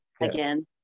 again